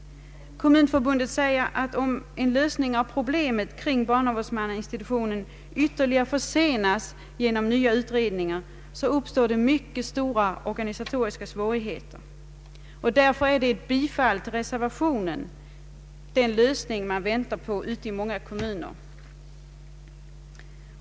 Kommunförbundet säger att om en lösning av problemet kring barnavårdsmannainstitutionen ytterligare försenas genom nya utredningar så uppstår det mycket stora organisatoriska svårigheter. Därför är ett bifall till reservationen den lösning som man väntar på i många kommuner.